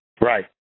Right